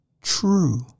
true